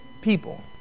people